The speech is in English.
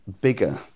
bigger